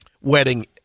wedding